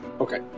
Okay